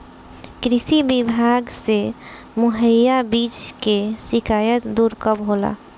कृषि विभाग से मुहैया बीज के शिकायत दुर कब होला?